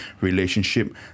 relationship